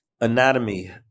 anatomy